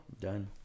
Done